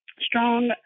strong